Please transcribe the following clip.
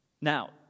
Now